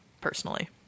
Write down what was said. personally